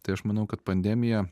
tai aš manau kad pandemija